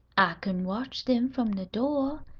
i kin watch dem from de doah,